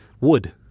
Wood